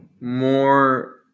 more